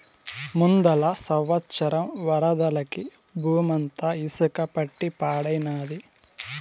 ముందల సంవత్సరం వరదలకి బూమంతా ఇసక పట్టి పాడైనాది